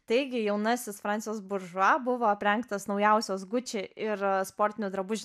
taigi jaunasis fransis buržua buvo aprengtas naujausios gucci ir sportinių drabužių